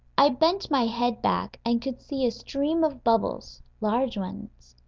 i bent my head back, and could see a stream of bubbles, large ones,